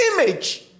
image